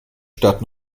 stadt